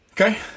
Okay